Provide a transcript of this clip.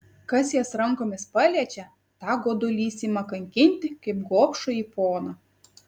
kas jas rankomis paliečia tą godulys ima kankinti kaip gobšųjį poną